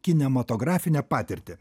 kinematografinę patirtį